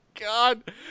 God